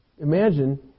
Imagine